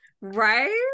Right